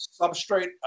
substrate